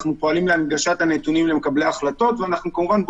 אנחנו פועלים להנגשת הנתונים לקבלי ההחלטות וכמובן,